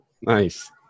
Nice